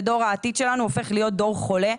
ודור העתיד שלנו הופך להיות דור חולה.